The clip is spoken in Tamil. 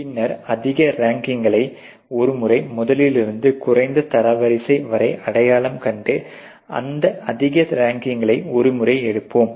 பின்னர் அதிக ரங்கிங்களை ஒருமுறை முதல் குறைந்த தரவரிசை வரை அடையாளம் கண்டு அந்த அதிக ரேங்களை ஒருமுறை எடுப்போம்